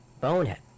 Bonehead